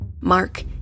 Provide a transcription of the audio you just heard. Mark